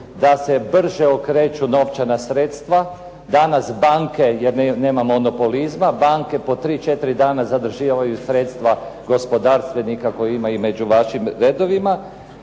da se brže okreću novčana sredstva. Danas banke, jer nema monopolizma, banke po tri, četiri dana zadržavaju sredstva gospodarstvenika kojih ima i među vašim redovima,